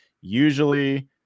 usually